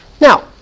Now